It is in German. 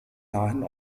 nahen